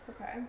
Okay